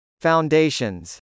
Foundations